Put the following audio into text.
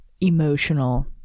emotional